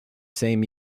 same